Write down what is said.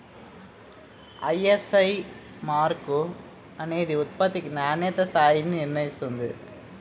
ISI mark అనేది ఉత్పత్తి నాణ్యతా స్థాయిని నిర్ణయిస్తుంది